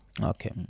Okay